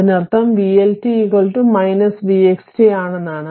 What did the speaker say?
അതിനർത്ഥം vLt vxt ആണെന്നാണ്